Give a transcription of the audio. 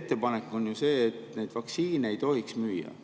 ettepanek on ju see, et neid vaktsiine ei tohiks müüa.